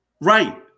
Right